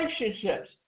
relationships